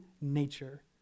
nature